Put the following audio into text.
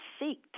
seeked